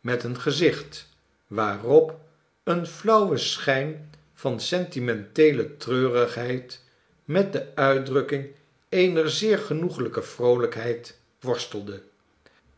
met een gezicht waarop een flauwe schijn van sentimenteele treurigheid met de uitdrukking eener zeer genoeglijke vroolijkheid worstelde